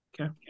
Okay